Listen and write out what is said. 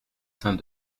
saint